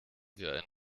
wir